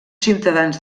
ciutadans